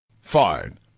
Fine